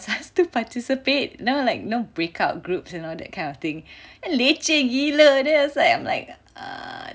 us to participate know like you know breakout groups you know that kind of thing and leceh gila then I was like err